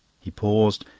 he paused,